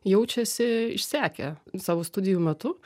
jaučiasi išsekę savo studijų metu